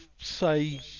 say